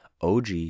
OG